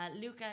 Luca